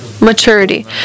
maturity